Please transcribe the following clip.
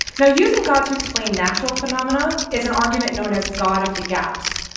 now, using god to explain natural phenomenon is an argument known as god of the gaps.